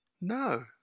No